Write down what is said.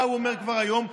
מה הוא אומר כבר היום?